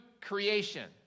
creation